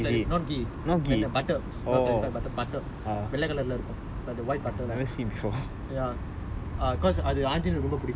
engineer loves வெண்ணெவெண்ணெ:venne venne means butter clarified butter not not ghee butter not clarified butter butter வெள்ளெ:vellae colour லே இருக்கும்:lae irukkum the white butter lah